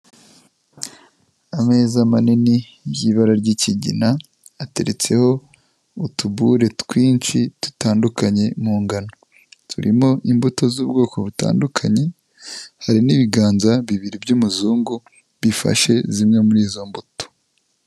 Ameza manini y'ibara ry'ikigina ateretseho utubure twinshi dutandukanye mu ngano, turimo imbuto z'ubwoko butandukanye, hari n'ibiganza bibiri by'umuzungu bifashe zimwe muri izo mbuto.